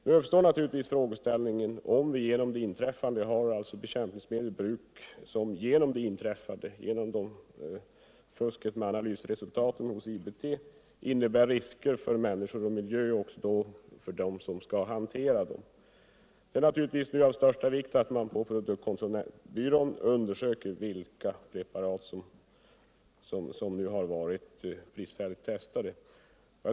Nu uppstår naturligtvis frågan om vi genom det inträffade har bekämpningsmedel i bruk som genom fusket med analysresultaten vid IBT kan innebära risker för människor och miljö och även för dem som hanterar medlen. Det är naturligtvis av största vikt att man på produktkontrollbyrån undersöker vilka preparat som kan anses bristfälligt testade.